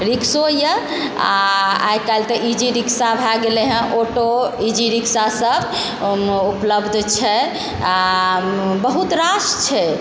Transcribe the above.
रिक्शो यऽ आओर आइ काल्हि तऽ इजी रिक्शा भए गेलै हइ ऑटो इजी रिक्शा सब उपलब्ध छै आओर बहुत रास छै